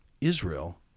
Israel